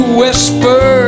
whisper